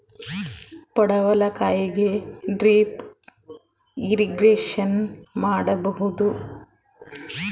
ಪಡವಲಕಾಯಿಗೆ drip irrigation ಮಾಡಬೋದ?